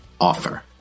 Offer